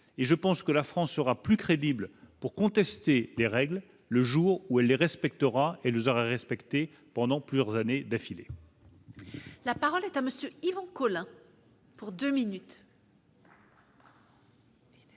et je pense que la France sera plus crédible pour contester les règles le jour où elle les respectera, elle nous aura respecté pendant plusieurs années d'affilée. La parole est à monsieur Yvon Collin pour 2 minutes.